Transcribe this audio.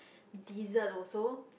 dessert also